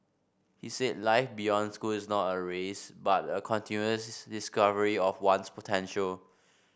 he said life beyond school is not a race but a continuous discovery of one's potential